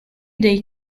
day